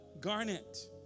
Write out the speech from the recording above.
Garnett